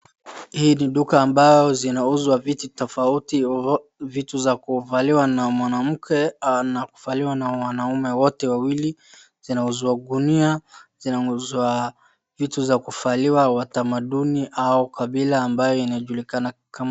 Hii ni duka ambao zinauzwa vitu tofauti, vitu za kuvaliwa na mwanamke na kuvaliwa na mwanaume. Wote wawili zinauzwa. Ngunia zinauzwa, vitu za kuvaliwa watamanduni au kabila ambayo inajulikana kama.